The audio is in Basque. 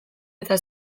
eta